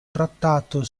trattato